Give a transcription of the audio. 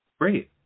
Great